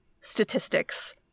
statistics